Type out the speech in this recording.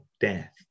death